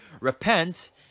Repent